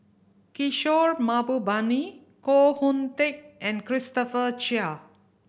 Kishore Mahbubani Koh Hoon Teck and Christopher Chia